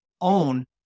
own